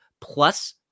plus